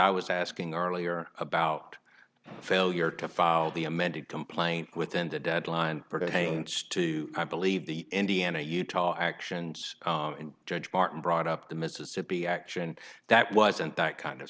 i was asking earlier about the failure to file the amended complaint with ended deadline pertains to i believe the indiana utah actions and judge martin brought up the mississippi action that wasn't that kind of